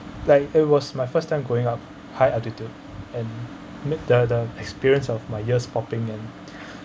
like it was my first time going up high altitude and meet the the experience of my ears popping and